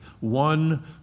One